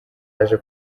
yaje